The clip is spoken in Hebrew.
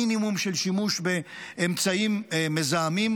מינימום של שימוש באמצעים מזהמים,